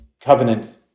covenant